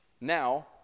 Now